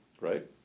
right